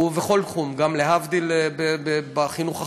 ובכל תחום, גם להבדיל בחינוך החרדי.